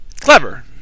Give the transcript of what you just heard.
Clever